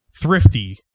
thrifty